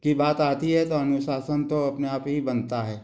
की बात आती है तो अनुशासन तो अपने आप ही बनता है